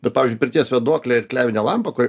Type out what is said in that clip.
bet pavyzdžiui pirties vėduoklė ir klevinė lampa kuri